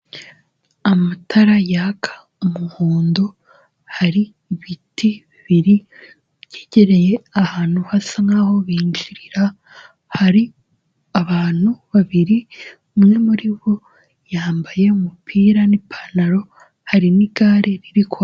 Amatara yaka umuhondo, hari ibiti bibiri byegereye ahantu hasa nkaho binjirira, hari abantu babiri umwe muri bo yambaye umupira n'ipantaro hari n'igare riri kwa.